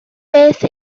beth